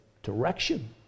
Direction